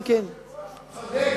היושב-ראש,